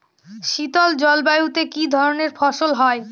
শীতল জলবায়ুতে কি ধরনের ফসল হয়?